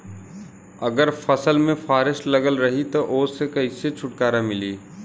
अगर फसल में फारेस्ट लगल रही त ओस कइसे छूटकारा मिली?